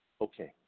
okay